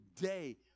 day